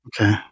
Okay